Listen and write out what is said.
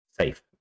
safe